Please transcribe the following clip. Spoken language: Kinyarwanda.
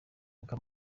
uko